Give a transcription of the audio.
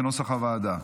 כנוסח הוועדה.